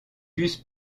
bus